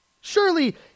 Surely